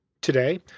Today